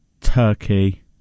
turkey